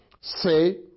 Say